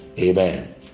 amen